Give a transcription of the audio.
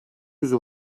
yüzü